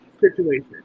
situation